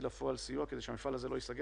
לפועל סיוע כדי שהמפעל הזה לא ייסגר.